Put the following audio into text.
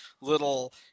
little